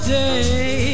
day